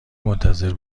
منتظر